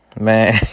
man